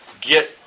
get